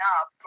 up